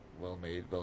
well-made